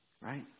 Right